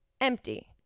empty